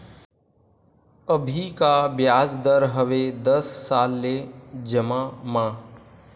अभी का ब्याज दर हवे दस साल ले जमा मा?